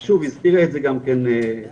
שוב, הזכירה את זה גם כן, יעל,